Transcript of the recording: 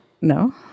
No